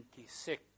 26